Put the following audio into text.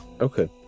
Okay